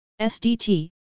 SDT